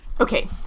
Okay